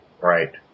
right